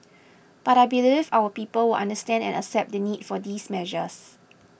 but I believe our people will understand and accept the need for these measures